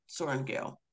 Sorengale